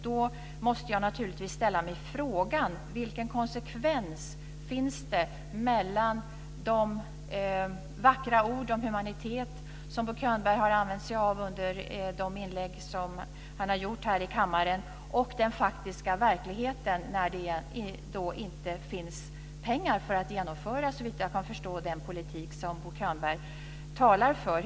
Då måste jag naturligtvis ställa mig frågan: Vilken konsekvens finns det mellan de vackra ord om humanitet, som Bo Könberg har använt sig av i de inlägg som han har gjort här i kammaren, och den faktiska verkligheten att det inte finns pengar att genomföra, såvitt jag kan förstå, den politik som Könberg talar för.